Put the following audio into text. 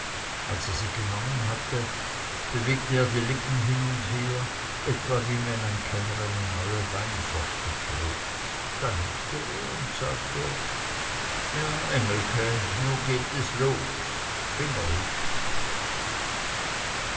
als er sie genommen hatte bewegte er die lippen hin und her etwa wie wenn ein kenner eine neue weinsorte probt dann nickte er und sagte ja engelke nu geht es los fingerhut